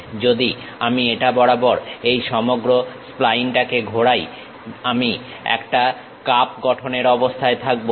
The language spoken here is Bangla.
যদি আমি এটা বরাবর এই সমগ্র স্প্লাইনটাকে ঘোরাই আমি একটা কাপ গঠনের অবস্থায় থাকবো